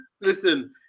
listen